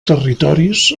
territoris